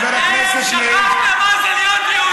אתם שכחתם מה להיות יהודים.